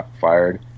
fired